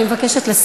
משפט אחרון.